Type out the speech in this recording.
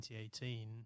2018